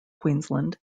queensland